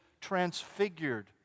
transfigured